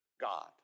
God